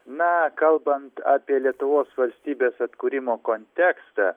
na kalbant apie lietuvos valstybės atkūrimo kontekstą